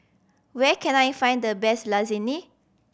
where can I find the best Lasagne